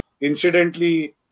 Incidentally